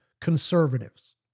conservatives